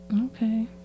Okay